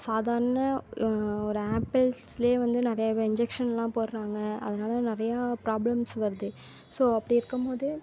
சாதாரண ஒரு ஆப்பிள்லேயே வந்து நிறையா இன்ஜெக்ஷன்லாம் போடுறாங்க அதனால நிறையா ப்ராப்ளம்ஸ் வருது ஸோ அப்படி இருக்கும்போது